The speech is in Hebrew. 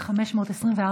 מס' 524,